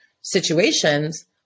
situations